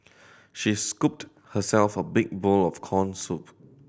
she scooped herself a big bowl of corn soup